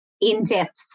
in-depth